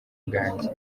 bwanjye